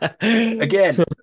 Again